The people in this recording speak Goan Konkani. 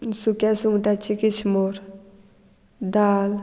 सुक्या सुंगटाची किसमूर दाल